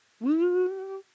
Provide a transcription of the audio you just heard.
Woo